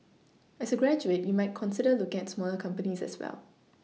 as a graduate you might consider looking at smaller companies as well